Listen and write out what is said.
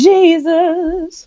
Jesus